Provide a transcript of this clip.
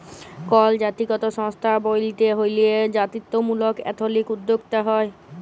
call জাতিগত সংস্থা ব্যইলতে হ্যলে জাতিত্ত্বমূলক এথলিক উদ্যোক্তা হ্যয়